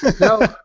No